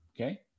Okay